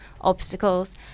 obstacles